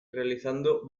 realizando